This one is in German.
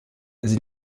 sie